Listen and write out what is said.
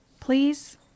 Please